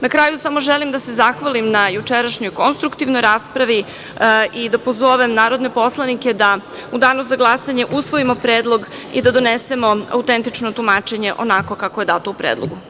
Na kraju samo želim da se zahvalim na jučerašnjoj konstruktivnoj raspravi i da pozovem narodne poslanike da u danu za glasanje usvojimo predlog i da donesemo autentično tumačenje onako kako je dato u predlogu.